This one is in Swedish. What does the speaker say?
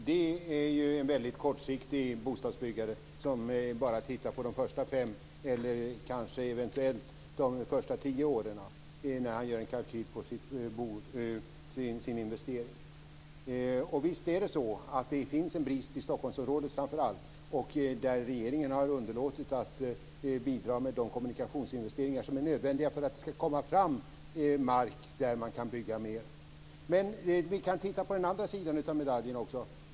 Fru talman! Det är en väldigt kortsiktig bostadsbyggare som bara tittar på de första fem eller eventuellt de första tio åren när han gör en kalkyl för sin investering. Visst finns det en brist i framför allt Stockholmsområdet, där regeringen har underlåtit att bidra med de kommunikationsinvesteringar som är nödvändiga för att det ska komma fram mark där man kan bygga mer. Vi kan titta på den andra sidan av medaljen också.